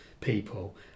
people